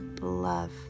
love